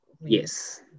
yes